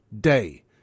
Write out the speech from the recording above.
day